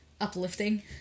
uplifting